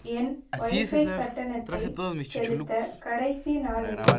என் wifi கட்டணத்தை செலுத்த கடைசி நாள் எது